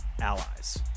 allies